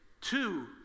Two